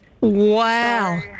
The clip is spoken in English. wow